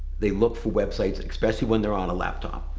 they look for websites, especially when they're on a laptop.